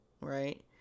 Right